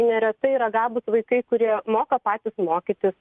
neretai yra gabūs vaikai kurie moka patys mokytis